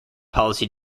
policy